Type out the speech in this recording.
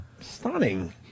Stunning